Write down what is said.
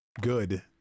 good